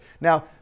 Now